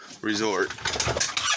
resort